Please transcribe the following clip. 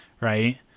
Right